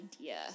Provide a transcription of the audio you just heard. idea